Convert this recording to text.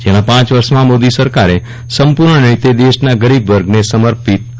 છેલ્લાં પાંચ વર્ષમાં મોદી સરકારે સંપૂર્ણ રીતે દેશના ગરીબ વર્ગને સમર્પિત રહી છે